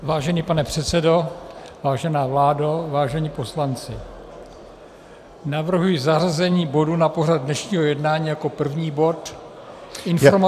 Vážený pane předsedo, vážená vládo, vážení poslanci, navrhuji zařazení bodu na pořad dnešního jednání jako první bod informace